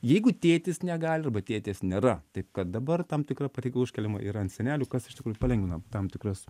jeigu tėtis negali arba tėtės nėra taip kad dabar tam tikra pareiga užkeliama ir ant sienelių kas iš tikrųjų palengvina tam tikrus